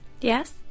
Yes